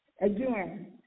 Again